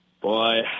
Boy